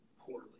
poorly